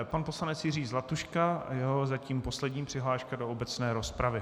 Pan poslanec Jiří Zlatuška a jeho zatím poslední přihláška do obecné rozpravy.